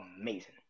amazing